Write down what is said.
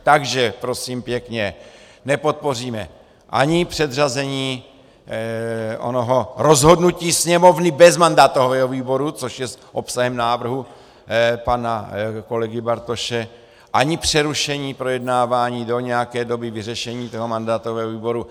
Takže prosím pěkně, nepodpoříme ani předřazení onoho rozhodnutí Sněmovny bez mandátového výboru, což je obsahem návrhu pana kolegy Bartoše, ani přerušení projednávání do nějaké doby vyřešení toho mandátového výboru.